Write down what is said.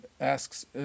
asks